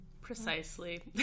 precisely